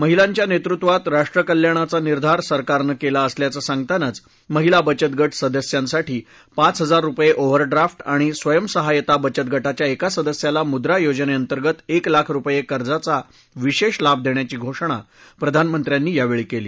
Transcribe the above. महिलांच्या नेतृत्वात राष्ट्रकल्याणाचा निर्धार सरकारनं केला असल्याचं सांगतानाच महिला बचतगा सदस्यांसाठी पाच हजार रुपये ओव्हरड्राफ आणि स्वयंसहायता बचत ग च्या एका सदस्याला मुद्रा योजनेअंतर्गत एक लाख रुपये कर्जाचा विशेष लाभ देण्याची घोषणा प्रधानमंत्र्यांनी केली